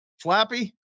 Flappy